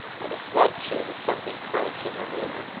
and a slight shade of something french in her manner.